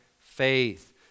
faith